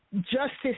justice